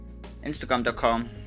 Instagram.com